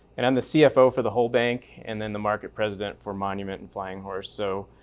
and i'm the cfo for the whole bank. and then the market president for monument and flying horse. so,